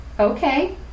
Okay